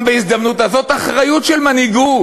גם בהזדמנות הזאת: זאת אחריות של מנהיגות.